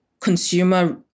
consumer